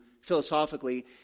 philosophically